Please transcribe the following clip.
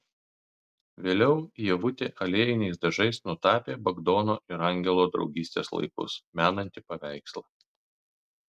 vėliau ievutė aliejiniais dažais nutapė bagdono ir angelo draugystės laikus menantį paveikslą